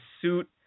suit